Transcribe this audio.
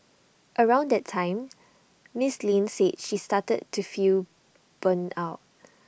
around that time miss Lin says she started to feel burn out